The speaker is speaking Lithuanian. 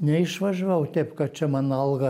neišvažiavau taip kad čia mano alga